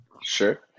Sure